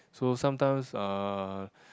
so sometimes uh